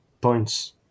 points